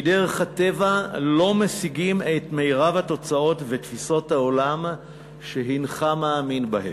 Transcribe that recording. מדרך הטבע לא משיגים את מרב התוצאות ותפיסות העולם שהנך מאמין בהם.